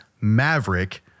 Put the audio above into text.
Maverick